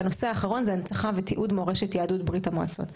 והנושא האחרון הוא הנצחה ותיעוד של מורשת יהדות ברית המועצות.